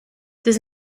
does